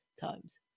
times